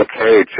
Okay